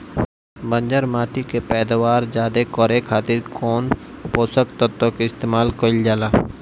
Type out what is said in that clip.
बंजर माटी के पैदावार ज्यादा करे खातिर कौन पोषक तत्व के इस्तेमाल कईल जाला?